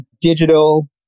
digital